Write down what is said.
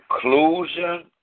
Conclusion